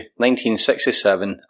1967